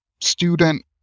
student